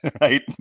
right